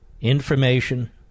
information